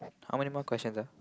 how many more questions ah